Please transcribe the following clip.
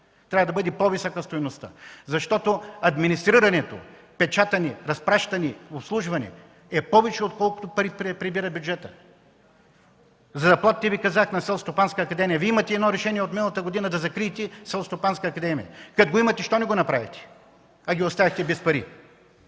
Трябва да бъде по-висока стойността, защото администрирането – печатане, разпращане, обслужване е повече, отколкото пари прибира бюджетът. Казах за заплатите на Селскостопанската академия. Имате едно решение от миналата година да закриете Селскостопанската академия. Като имате, защо не го направихте, а ги оставихте без пари?